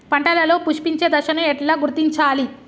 పంటలలో పుష్పించే దశను ఎట్లా గుర్తించాలి?